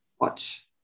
watch